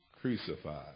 crucified